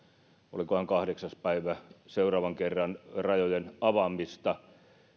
olikohan kahdeksas päivä rajojen avaamista